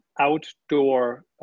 outdoor